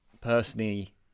personally